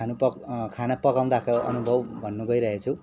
खानु पक खाना पकाउँदाको अनुभव भन्न गइरहेको छु